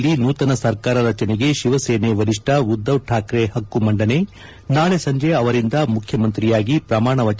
ಮಹಾರಾಷ್ಟದಲ್ಲಿ ನೂತನ ಸರ್ಕಾರ ರಚನೆಗೆ ಶಿವಸೇನೆ ವರಿಷ್ಣ ಉದ್ದವ್ ಠಾಕ್ರೆ ಹಕ್ಕು ಮಂಡನೆ ನಾಳೆ ಸಂಜೆ ಅವರಿಂದ ಮುಖ್ಯಮಂತ್ರಿಯಾಗಿ ಪ್ರಮಾಣ ವಚನ ಸ್ವೀಕಾರ